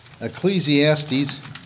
Ecclesiastes